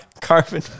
Carbon